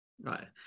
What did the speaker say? Right